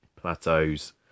plateaus